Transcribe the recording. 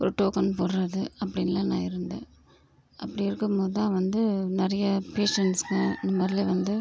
ஒரு டோக்கன் போடுகிறது அப்படின்லாம் நான் இருந்தேன் அப்படி இருக்கும்போது தான் வந்து நிறைய பேஷண்ட்ஸ்ங்க இந்தமாதிரிலாம் வந்து